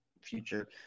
future